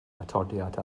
atodiad